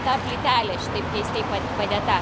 ta plytelė šitaip keistai pa padėta